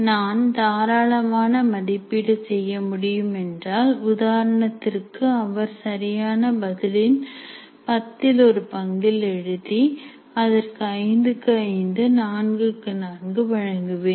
நான் தாராளமான மதிப்பீடு செய்ய முடியும் என்றால் உதாரணத்திற்கு அவர் சரியான பதிலின் பத்தில் ஒரு பங்கு எழுதி அதற்கு 5 க்கு 5 அல்லது 4 க்கு 4 வழங்குவேன்